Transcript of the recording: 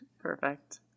Perfect